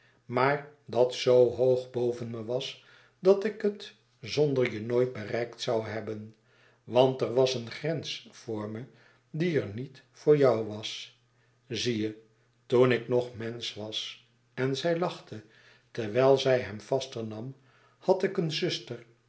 maar dat zoo hoog boven me was dat ik het zonder je nooit bereikt zoû hebben want er was een grens voor me die er niet voor jou was zie je toen ik nog mensch was en zij lachte terwijl zij hem vaster nam had ik een zuster